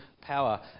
power